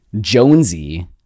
Jonesy